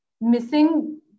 missing